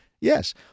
Yes